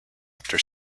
after